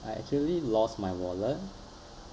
I actually lost my wallet